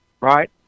right